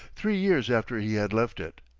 three years after he had left it.